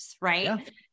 right